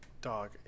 Dog